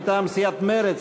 מטעם סיעת מרצ.